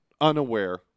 unaware